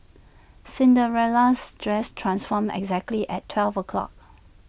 Cinderella's dress transformed exactly at twelve o'clock